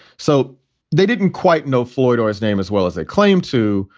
so they didn't quite know floyd or his name as well as they claim to,